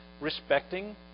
respecting